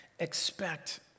Expect